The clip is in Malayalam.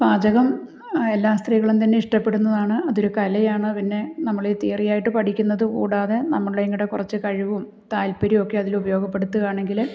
പാചകം എല്ലാ സ്ത്രീകളും തന്നെ ഇഷ്ടപ്പെടുന്നതാണ് അതൊരു കലയാണ് പിന്നെ നമ്മളീ തിയറി ആയിട്ടു പഠിക്കുന്നതു കൂടാതെ നമ്മളുടെയും കൂടി കുറച്ച് കഴിവും താത്പര്യമൊക്കെ അതിലുപയോഗപ്പെടുത്തുകയാണെങ്കിൽ